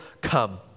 come